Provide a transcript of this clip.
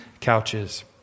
couches